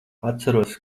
atceros